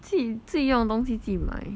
自己自己用的东西自己买